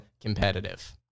competitive